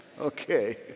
Okay